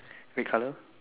red colour